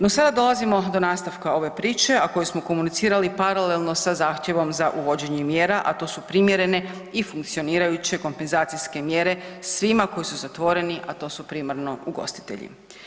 No sada dolazimo do nastavka ove priče, a koju smo komunicirali paralelno sa zahtjevom za uvođenje mjera, a to su primjerene i funkcionirajuće kompenzacijske mjere svima koji su zatvoreni, a to su primarno ugostitelji.